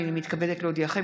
הינני מתכבדת להודיעכם,